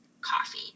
coffee